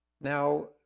Now